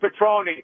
Petroni